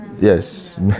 yes